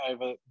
over